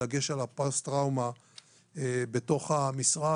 בדגש על הפוסט-טראומה בתוך המשרד.